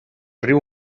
riu